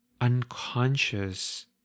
unconscious